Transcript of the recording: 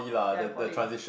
ya poly